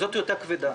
זו טיוטה כבדה.